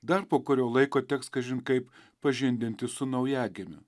dar po kurio laiko teks kažin kaip pažindintis su naujagimiu